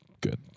good